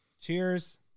cheers